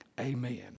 Amen